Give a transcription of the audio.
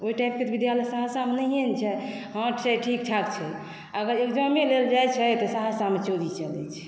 ओहि टाइपके तऽ विद्यालय सहरसामे नहिए ने छै हँ छै ठीक ठाक छै अगर इग्ज़ैमे देलऽ जाइ छै तऽ सहरसामे चोरी चलै छै